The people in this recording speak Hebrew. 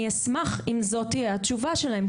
אני אשמח אם זאת תהיה התשובה שלהם,